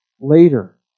later